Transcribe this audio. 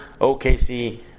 OKC